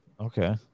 okay